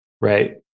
right